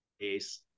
case